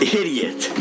idiot